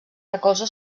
recolza